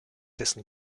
dessen